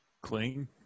clean